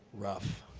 rough